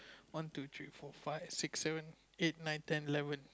one two three four five six seven eight nine ten eleven